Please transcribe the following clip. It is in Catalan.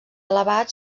elevat